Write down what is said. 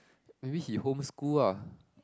maybe he homeschool ah